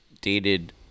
dated